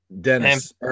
Dennis